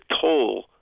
toll